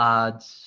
odds